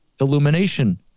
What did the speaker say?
illumination